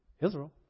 Israel